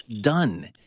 done